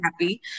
happy